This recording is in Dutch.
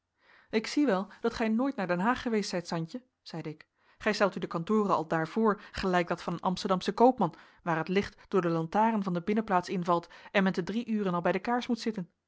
ik zie wel dat gij nooit naar den haag geweest zijt santje zeide ik gij stelt u de kantoren aldaar voor gelijk dat van een amsterdamsen koopman waar het licht door de lantaren van de binnenplaats invalt en men te drie uren al bij de kaars moet zitten